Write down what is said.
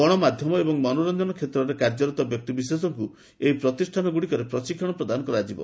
ଗଣମାଧ୍ୟମ ଏବଂ ମନୋର୍ଚ୍ଚନ କ୍ଷେତ୍ରରେ କାର୍ଯ୍ୟରତ ବ୍ୟକ୍ତିବିଶେଷଙ୍କୁ ଏହି ପ୍ରତିଷ୍ଠାନଗୁଡ଼ିକରେ ପ୍ରଶିକ୍ଷଣ ପ୍ରଦାନ କରାଯିବ